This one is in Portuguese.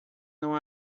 não